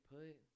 put